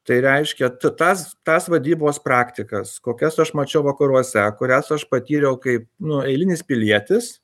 tai reiškia tu tas tas vadybos praktikas kokias aš mačiau vakaruose kurias aš patyriau kaip nu eilinis pilietis